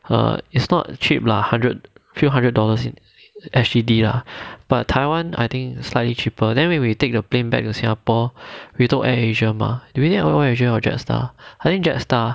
err it's not cheap lah hundred few hundred dollars in S_G_D lah but taiwan I think slightly cheaper then when we take the plane back to singapore we took AirAsia mah jetstar I think jetstar